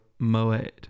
moed